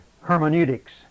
hermeneutics